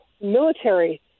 military